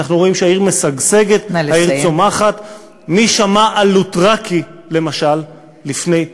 אנחנו רואים שהעיר משגשגת, העיר צומחת, נא לסיים.